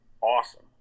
awesome